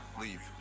Leave